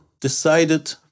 decided